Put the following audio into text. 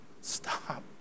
Stop